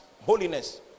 holiness